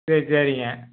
சரி சரிங்க